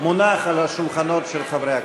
וזה מונח על שולחנות חברי הכנסת.